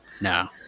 No